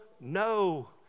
No